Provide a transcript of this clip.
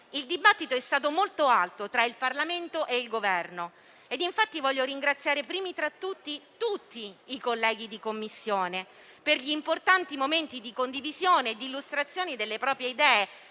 il dibattito è stato molto alto tra il Parlamento e il Governo. Voglio anzitutto ringraziare tutti i colleghi di Commissione per gli importanti momenti di condivisione e di illustrazione delle proprie idee,